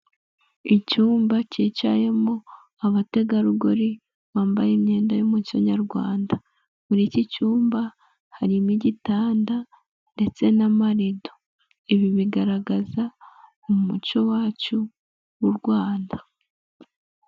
Icyumba cyicayemo abategarugori bambaye imyenda y'umuco nyarwanda muri iki cyumba harimo igitanda ndetse n'amarido, ibi bigaragaza umuco wacyo w'u Rwanda.